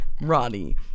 ronnie